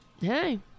Hey